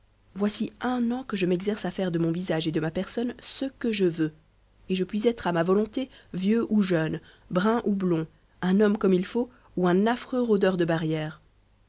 voici un an que je m'exerce à faire de mon visage et de ma personne ce que je veux et je puis être à ma volonté vieux ou jeune brun ou blond un homme comme il faut ou un affreux rôdeur de barrière